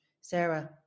Sarah